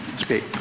speak